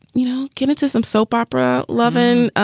you know kinnard to some soap opera love-in.